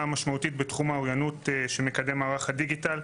משמעותית בתחום האוריינות שמקדם מערך הדיגיטל,